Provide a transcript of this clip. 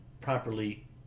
properly